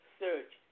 search